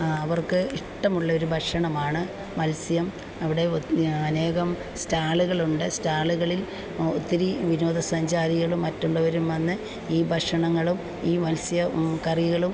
അവർക്ക് ഇഷ്ടമുള്ള ഒരു ഭക്ഷണമാണ് മത്സ്യം അവിടെ അനേകം സ്റ്റാളുകൾ ഉണ്ട് സ്റ്റാളുകളിൽ ഒത്തിരി വിനോദസഞ്ചാരികളും മറ്റുള്ളവരും വന്ന് ഈ ഭക്ഷണങ്ങളും ഈ മത്സ്യ മ് കറികളും